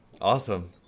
awesome